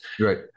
Right